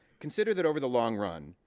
consider that, over the long run,